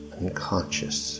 unconscious